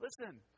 Listen